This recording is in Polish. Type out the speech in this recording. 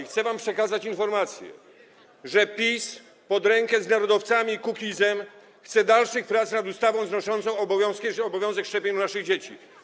Chcę wam przekazać informację, że PiS pod rękę z narodowcami i Kukizem chce dalszych prac nad ustawą znoszącą obowiązek szczepień naszych dzieci.